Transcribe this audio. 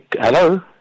hello